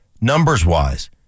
numbers-wise